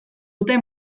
dute